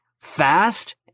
fast